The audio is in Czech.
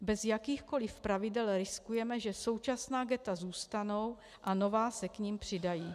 Bez jakýchkoli pravidel riskujeme, že současná ghetta zůstanou a nová se k nim přidají.